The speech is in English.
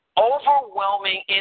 overwhelming